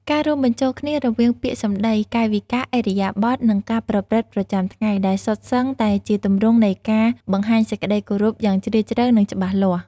ការរួមបញ្ចូលគ្នារវាងពាក្យសម្ដី កាយវិការ ឥរិយាបថ និងការប្រព្រឹត្តប្រចាំថ្ងៃ ដែលសុទ្ធសឹងតែជាទម្រង់នៃការបង្ហាញសេចក្តីគោរពយ៉ាងជ្រាលជ្រៅ និងច្បាស់លាស់។